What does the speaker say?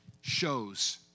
shows